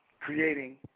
creating